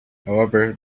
however